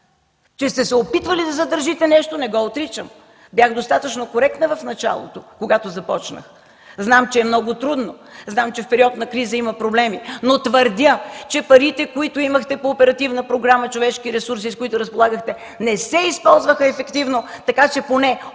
сте се да задържите нещо – не го отричам, бях достатъчно коректна в началото, когато започнах. Знам, че е много трудно, знам, че в период на криза има проблеми, но твърдя, че парите, които имахте по Оперативна програма „Човешки ресурси” и с които разполагате, не се използват ефективно така, че основният